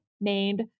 named